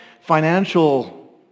financial